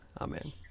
Amen